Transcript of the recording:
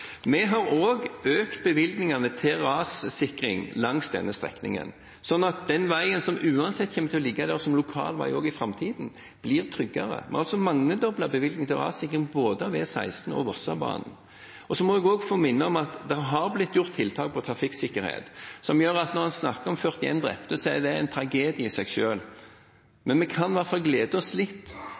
Vi har også økt bevilgningene til rassikring langs denne strekningen, slik at den veien, som uansett kommer til å ligge der og være lokalvei også i framtiden, blir tryggere. Vi har mangedoblet bevilgningene til rassikring av både E16 og Vossebanen. Jeg må også få minne om at det har blitt gjort trafikksikkerhetstiltak, som gjør at når en snakker om 41 drepte, er det en tragedie i seg selv, men vi kan i alle fall glede oss litt